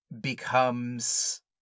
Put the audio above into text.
becomes